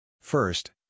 First